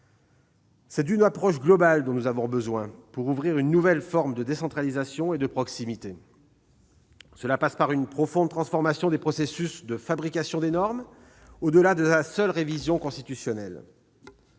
C'est une approche globale dont nous avons besoin, pour ouvrir une nouvelle forme de décentralisation et de proximité. Cela passe par une profonde transformation des processus de fabrication des normes, au-delà de la seule révision constitutionnelle.